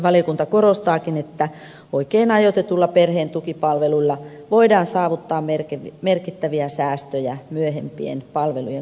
valiokunta korostaakin että oikein ajoitetuilla perheen tukipalveluilla voidaan saavuttaa merkittäviä säästöjä myöhempien palvelujen kustannuksissa